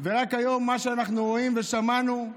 ורק היום מה שאנחנו רואים ושמענו,